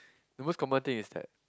the most common thing is that